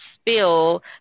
spill